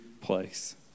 place